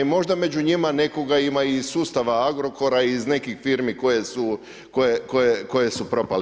Možda među njima nekoga ima i iz sustava Agrokora, iz nekih firmi koje su propale.